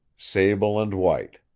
sable-and-white,